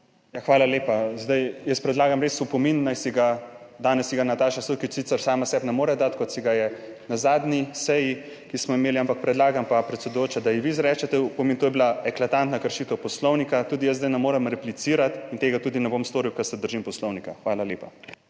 Hvala lepa. Zdaj jaz predlagam res spomin, naj si ga, danes si ga Nataša Sukič, sicer sama sebi ne more dati kot si ga je na zadnji seji, ki smo jo imeli, ampak predlagam pa, predsedujoča, da ji vi izrečete opomin. To je bila eklatantna kršitev Poslovnika. Tudi jaz zdaj ne morem replicirati in tega tudi ne bom storil, ker se držim Poslovnika. Hvala lepa.